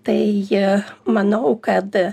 tai manau kad